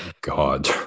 God